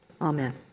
Amen